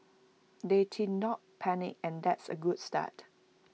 they did not panic and that's A good start